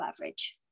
average